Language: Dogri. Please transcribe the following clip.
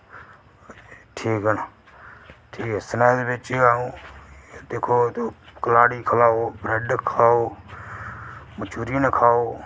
ठीक न स्नैक्स बिच अ'ऊं दिक्खो कलाड़ी खाओ ब्रैड खाओ मंचुरियन खाओ